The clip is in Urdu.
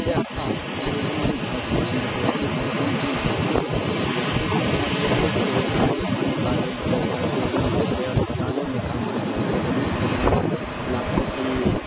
کیا آیوسمان بھارت یوجنا سے واقف ہیں ہاں جی اس کے واقف ہیں اور یہ بہت آیوشمان کارڈ بھارت یوجنا بڑے بڑے اسپتالوں میں کام آتے ہیں جیسے غریب کو پانچ لاکھ تک کی